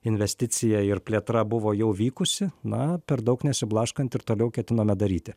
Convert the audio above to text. investicija ir plėtra buvo jau vykusi na per daug nesiblaškant ir toliau ketiname daryti